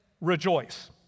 rejoice